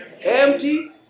empty